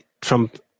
Trump